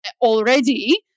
already